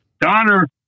Donner